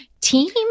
Team